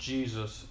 Jesus